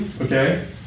okay